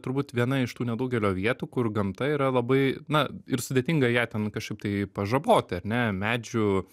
turbūt viena iš tų nedaugelio vietų kur gamta yra labai na ir sudėtinga ją ten kažkaip tai pažaboti ar ne medžių